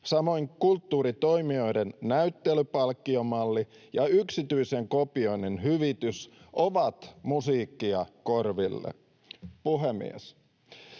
Samoin kulttuuritoimijoiden näyttelypalkkiomalli ja yksityisen kopioinnin hyvitys ovat musiikkia korville. Puhemies!